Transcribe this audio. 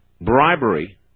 bribery